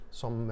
som